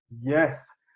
yes